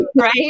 right